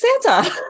Santa